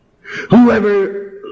Whoever